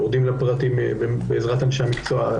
יורדים לפרטים בעזרת אנשי המקצוע,